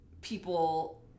people